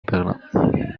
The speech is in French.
berlin